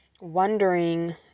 wondering